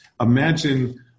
Imagine